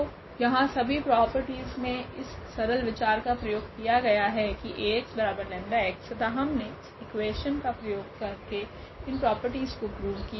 तो यहाँ सभी प्रॉपर्टीस मे इस सरल विचार का प्रयोग किया गया है की Ax 𝜆x तथा हमने इस इकुवेशन का प्रयोग कर के इन प्रॉपर्टीस को प्रूव किया